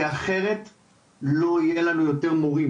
כי אחרת לא יהיה לנו יותר מורים,